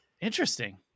Interesting